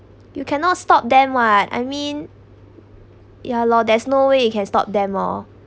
you cannot stop them [what] I mean ya lor there's no way you can stop them oh